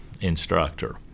instructor